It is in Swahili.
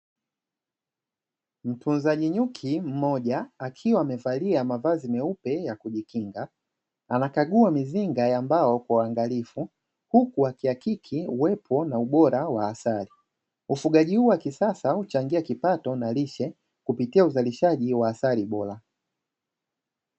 Mtunzaji nyuki mmoja akiwa amevalia mavazi meupe ya kujikinga anakagua mizinga ya mbao kuwaangalifu huku wa kiakili uwepo na ubora wa asali ufugaji huo wa kisasa au changia kipato na lishe kupitia uzalishaji wa asali bora.